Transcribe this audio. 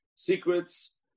secrets